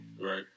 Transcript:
Right